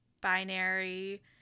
binary